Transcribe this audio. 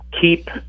keep